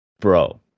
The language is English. bro